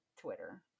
Twitter